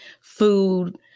food